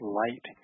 light